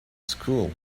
school